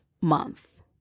month